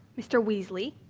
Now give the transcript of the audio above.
mr. weasley.